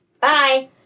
Bye